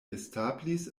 establis